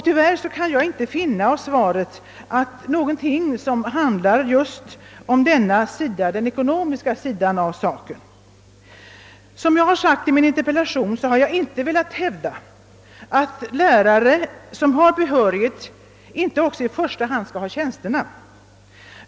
Tyvärr kan jag i svaret inte finna någonting som handlar just om den ekonomiska sidan av saken. Som jag har anfört i min interpellation har jag inte velat hävda, att lärare som har behörighet inte också i första hand skall ha tjänsterna.